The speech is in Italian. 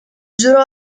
giurò